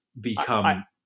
Become